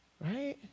Right